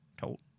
told